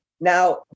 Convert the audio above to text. Now